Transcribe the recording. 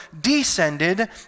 descended